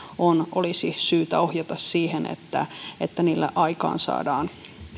on olisi syytä ohjata siihen että että niillä aikaansaadaan